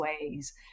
ways